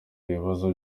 ibibazo